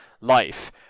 life